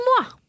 moi